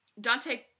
Dante